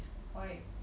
why